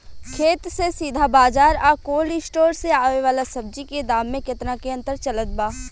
खेत से सीधा बाज़ार आ कोल्ड स्टोर से आवे वाला सब्जी के दाम में केतना के अंतर चलत बा?